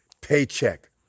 paycheck